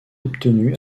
obtenue